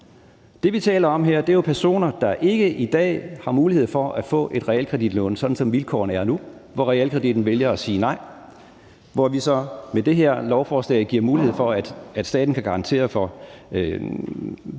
Det, vi taler om her, er jo personer, der ikke i dag har mulighed for at få et realkreditlån, sådan som vilkårene er nu, hvor realkreditten vælger at sige nej, og hvor vi så med det her lovforslag giver mulighed for, at staten kan garantere for